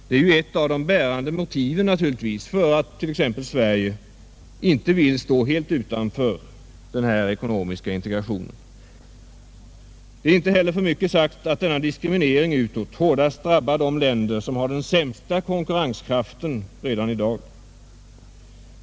Det är ju ett av de bärande motiven för att t.ex. Sverige inte vill stå helt utanför denna ekonomiska integration. Det är inte heller för mycket sagt att denna diskriminering utåt hårdast drabbar de länder som redan i dag har den sämsta konkurrenskraften.